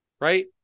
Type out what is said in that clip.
right